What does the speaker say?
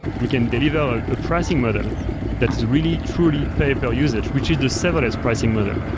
we can deliver a pricing model that is really, truly, pay per usage, which is the serverless pricing model.